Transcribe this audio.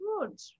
good